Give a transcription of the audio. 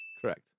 Correct